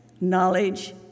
knowledge